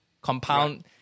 Compound